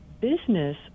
business